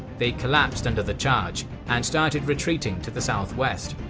they collapsed under the charge and started retreating to the southwest.